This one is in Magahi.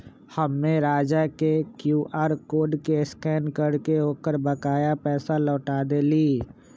हम्मे राजा के क्यू आर कोड के स्कैन करके ओकर बकाया पैसा लौटा देली